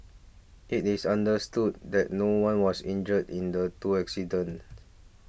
it is understood that no one was injured in the two accidents